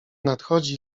nadchodzi